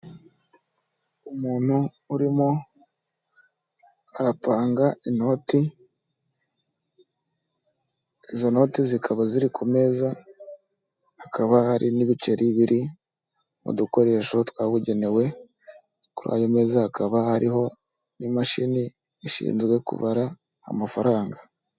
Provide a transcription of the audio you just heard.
Umuntu urimo arapanga inoti, izo noti zikaba ziri ku meza, hakaba hari n'ibiceri biri mu dukoresho twabugenewe, kuri ayo meza hakaba hariho n'imashini ishinzwe kubara amafaranga.